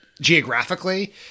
geographically